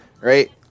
right